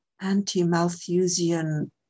anti-Malthusian